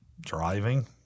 driving